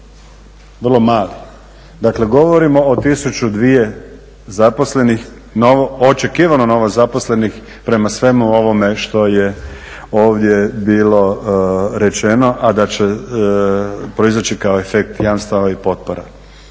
dvije zaposlenih, očekivano novozaposlenih prema svemu ovome što je ovdje bilo rečeno, a da će proizađi kao efekt jamstava i potpora.